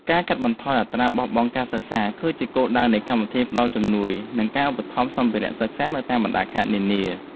ការកាត់បន្ថយអត្រាបោះបង់ការសិក្សា គឺជាគោលដៅនៃកម្មវិធីផ្តល់ជំនួយនិងការឧបត្ថម្ភសម្ភារៈសិក្សានៅតាមបណ្តាខេត្តនានា។